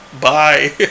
Bye